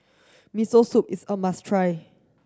Miso Soup is a must try